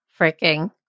freaking